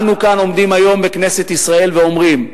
אנו עומדים כאן היום בכנסת ישראל ואומרים: